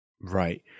Right